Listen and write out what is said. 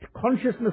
consciousness